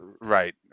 right